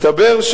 מסתבר,